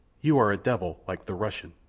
you are a devil like the russian.